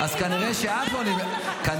-- אז כנראה שאת לא --- מה?